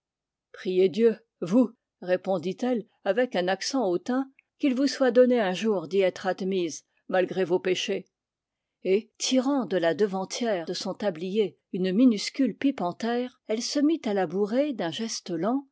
priez dieu vous répondit-elle avec un accent hautain qu'il vous soit donné un jour d'y être admise malgré vos péchés et tirant de la devantière de son tablier une minuscule pipe en terre elle se mit à la bourrer d'un geste lent